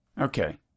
Okay